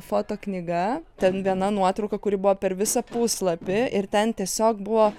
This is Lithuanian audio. foto knyga ten viena nuotrauka kuri buvo per visą puslapį ir ten tiesiog buvo